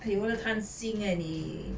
!aiyo! 很贪心 leh 你